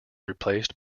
replaced